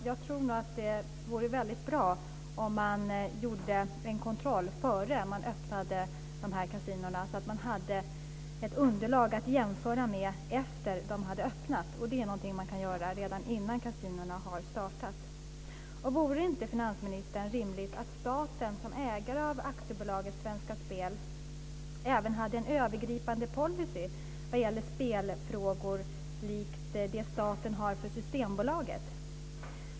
Fru talman! Jag tror att det vore väldigt bra om man gjorde en kontroll innan man öppnade kasinon så att man har ett underlag att jämföra med efter det att de har öppnat. Det är någonting man kan göra redan innan kasinona har startat. Vore det inte rimligt, finansministern, att staten som ägare av AB Svenska Spel även hade en övergripande policy vad gäller spelfrågor likt den staten har för Systembolaget?